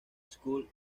school